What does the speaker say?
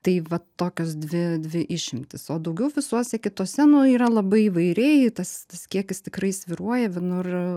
tai vat tokios dvi dvi išimtys o daugiau visuose kituose nu yra labai įvairiai tas tas kiekis tikrai svyruoja vienur